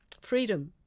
freedom